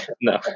no